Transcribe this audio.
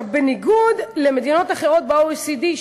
בניגוד למדינות אחרות ב-OECD,